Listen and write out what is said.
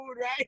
right